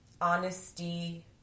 honesty